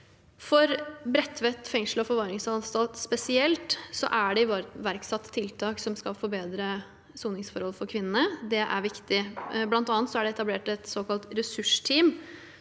For Bredtveit fengsel og forvaringsanstalt spesielt er det iverksatt tiltak som skal forbedre soningsforholdene for kvinnene. Det er viktig. Det er bl.a. etablert et såkalt ressursteam